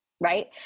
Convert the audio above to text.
right